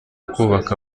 kubaka